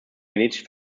genetisch